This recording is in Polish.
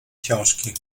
książki